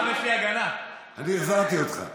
אני החזרתי אותך.